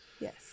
Yes